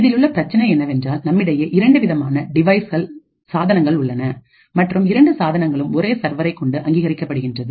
இதிலுள்ள பிரச்சனை என்னவென்றால் நம்மிடையே இரண்டு விதமான டிவைசஸ் சாதனங்கள் உள்ளன மற்றும் இரண்டு சாதனங்களும் ஒரே சர்வரை கொண்டு அங்கீகரிக்கப்படுகிறது